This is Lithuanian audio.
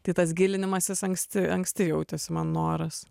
tai tas gilinimasis anksti anksti jautėsi man noras